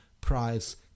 price